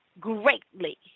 greatly